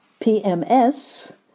PMS